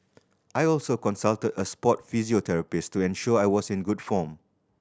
I also consulted a sport physiotherapist to ensure I was in good form